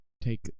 take